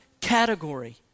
category